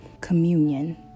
communion